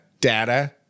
data